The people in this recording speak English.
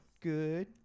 good